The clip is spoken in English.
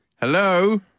Hello